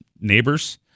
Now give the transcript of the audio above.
neighbors